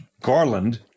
Garland